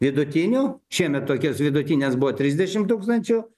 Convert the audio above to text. vidutinių šiemet tokios vidutinės buvo trisdešim tūkstančių